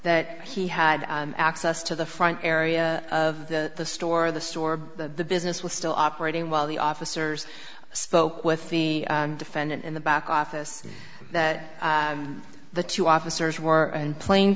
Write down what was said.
that he had access to the front area of the store the store the business was still operating while the officers spoke with the defendant in the back office that the two officers were in plain